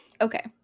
Okay